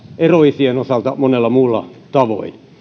eroisien osalta myös monella muulla tavoin